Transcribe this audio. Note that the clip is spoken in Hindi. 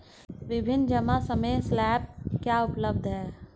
विभिन्न जमा समय स्लैब क्या उपलब्ध हैं?